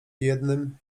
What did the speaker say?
jednym